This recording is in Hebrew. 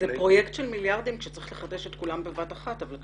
זה פרויקט של מיליארדים כשצריך לחדש את כולם בבת אחת.ף נכון.